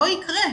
לא יקרה.